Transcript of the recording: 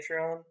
Patreon